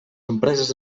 empreses